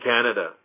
Canada